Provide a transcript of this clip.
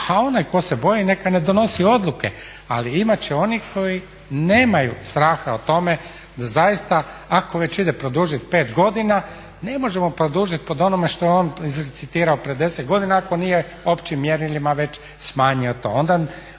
a onaj tko se boji neka ne donosi odluke, ali imati će onih koji nemaju straha o tome da zaista ako već ide produžiti 5 godina ne možemo produžiti po onome što je on …/Govornik se ne razumije./… pred 10 godina ako nije općim mjerilima već smanjio to.